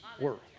world